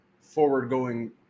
forward-going